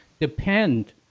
depend